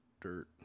Dirt